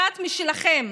אחת משלכם,